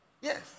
yes